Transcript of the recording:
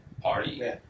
party